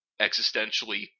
existentially